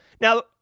now